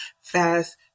fast